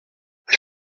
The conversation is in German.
ich